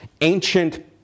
ancient